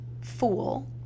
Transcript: fool